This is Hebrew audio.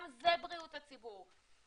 גם זה בריאות הציבור.